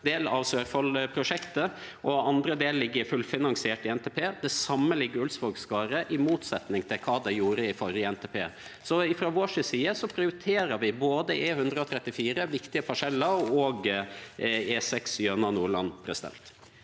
del av Sørfold-prosjektet, og andre del ligg fullfinansiert i NTP. I det same ligg Ulvsvågskaret, i motsetning til kva det gjorde i førre NTP. Frå vår side prioriterer vi både E134, viktige parsellar, og E6 gjennom Nordland.